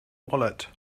wallet